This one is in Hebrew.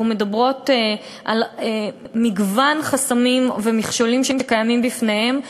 אנחנו מדברים על מגוון חסמים ומכשולים שקיימים בפניהן.